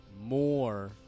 More